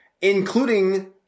including